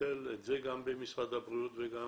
ונבטל את זה גם במשרד הבריאות וגם